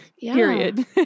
period